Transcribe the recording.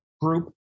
group